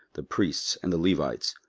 the priests, and the levites,